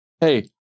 hey